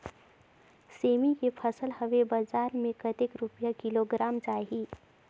सेमी के फसल हवे बजार मे कतेक रुपिया किलोग्राम जाही?